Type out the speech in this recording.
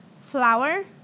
flour